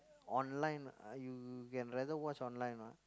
online uh you can rather watch online ah